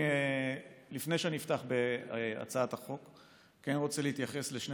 לפני שאפתח בהצעת החוק אני רוצה להתייחס לשני